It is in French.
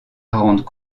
rendre